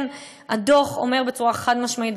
הדוח אומר בצורה חד-משמעית,